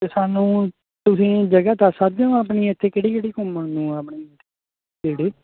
ਅਤੇ ਸਾਨੂੰ ਤੁਸੀਂ ਜਗ੍ਹਾ ਦੱਸ ਸਕਦੇ ਹੋ ਆਪਣੀ ਇੱਥੇ ਕਿਹੜੀ ਕਿਹੜੀ ਘੁੰਮਣ ਨੂੰ ਹੈ ਆਪਣੀ ਨੇੜੇ